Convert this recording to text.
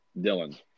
Dylan